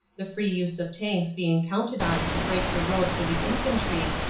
the free use of tanks being counted on to break the road for the infantry,